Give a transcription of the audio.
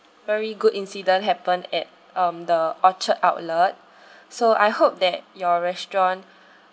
very good incident happened at um the orchard outlet so I hope that your restaurant